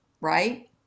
right